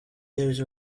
those